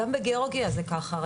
בגיאורגיה ראיתי שזה ככה.